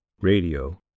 radio